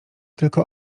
tylko